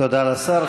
תודה לשר.